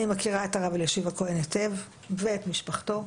אני מכירה את הרב אלישיב הכהן היטב ואת משפחתו,